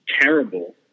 terrible